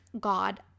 God